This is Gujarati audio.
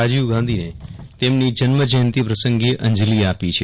રાજીવ ગાંધીને તેમની જન્મ જયંતી પ્રસંગે અંજલિ આપી છે